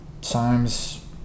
times